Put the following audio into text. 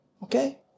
Okay